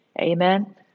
amen